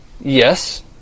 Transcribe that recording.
Yes